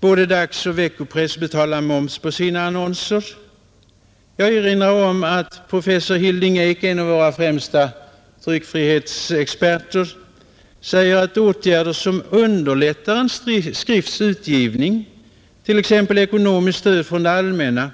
Både dagsoch veckopress betalar moms på sina annonser, Jag erinrar om att professor Hilding Eek, en av våra främsta tryckfrihetsexperter, säger att åtgärder som underlättar en skrifts utgivning, t.ex. ekonomiskt stöd från det allmänna,